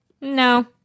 No